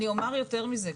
אני אומר יותר מזה.